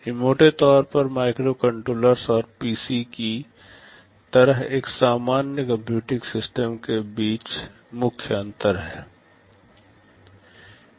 ये मोटे तौर पर एक माइक्रोकंट्रोलर और पीसी की तरह एक सामान्य कंप्यूटिंग सिस्टम के बीच मुख्य अंतर हैं